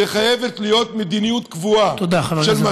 זו חייבת להיות מדיניות קבועה של מתן